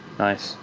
nice.